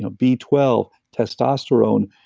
ah b twelve, testosterone,